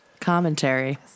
Commentary